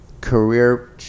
career